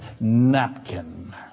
Napkin